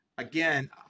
Again